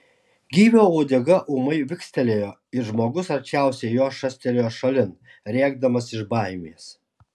gyvio uodega ūmai vikstelėjo ir žmogus arčiausiai jo šastelėjo šalin rėkdamas iš baimės